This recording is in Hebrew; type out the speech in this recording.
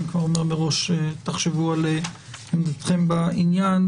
אני כבר אומר מראש שתחשבו על עמדתכם בעניין,